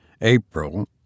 April